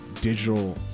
digital